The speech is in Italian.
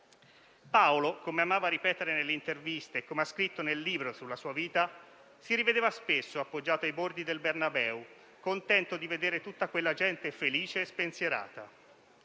Paolo, come amava ripetere nelle interviste, e come ha scritto nel libro sulla sua vita, si rivedeva spesso appoggiato ai bordi del Bernabeu, contento di vedere tutta quella gente felice e spensierata.